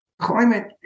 climate